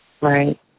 Right